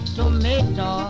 tomato